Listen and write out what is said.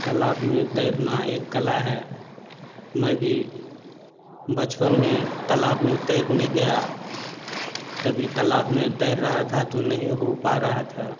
तलाब में तैरना एक कला है मैं भी बचपन में तलाब में तैरने गया तभी तलाब में तैर रहा था तो नहीं हो पा रहा था